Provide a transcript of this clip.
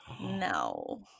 No